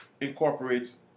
incorporates